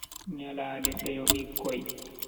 Nyalande seyo bikkoi.